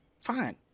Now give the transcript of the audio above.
fine